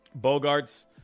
Bogarts